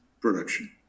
production